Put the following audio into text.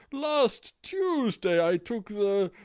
last tuesday i took the.